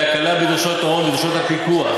הקלה בדרישות ההון ובדרישות הפיקוח.